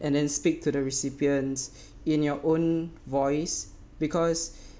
and then speak to the recipients in your own voice because